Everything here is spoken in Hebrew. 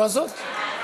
רבה.